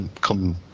come